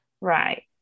Right